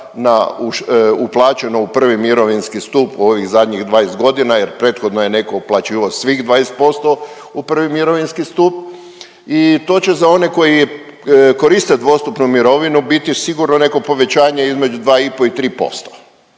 uplaćeno u prvi mirovinski stup u ovih zadnjih 20 godina jer prethodno je netko uplaćivao svih 20% u prvi mirovinski stup i to će za one koji koriste dvostupnu mirovinu biti sigurno neko povećanje između 2,5 i 3%